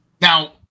Now